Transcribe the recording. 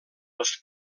els